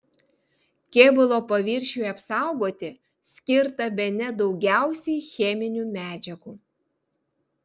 kėbulo paviršiui apsaugoti skirta bene daugiausiai cheminių medžiagų